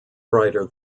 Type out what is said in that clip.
brighter